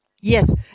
Yes